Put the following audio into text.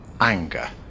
anger